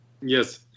Yes